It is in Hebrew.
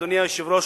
אדוני היושב-ראש,